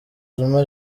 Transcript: zuma